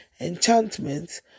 enchantments